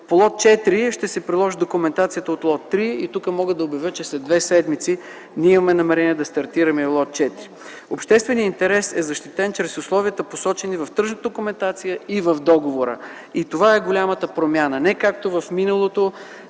За лот 4 ще се приложи документацията от лот 3. Тук мога да обявя, че след две седмици ние имаме намерение да стартираме и лот 4. Общественият интерес е защитен чрез условията, посочени в тръжната документация и в договора. Това е голямата промяна, а не както в миналото.